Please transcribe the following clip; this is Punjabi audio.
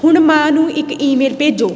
ਹੁਣ ਮਾਂ ਨੂੰ ਇੱਕ ਈਮੇਲ ਭੇਜੋ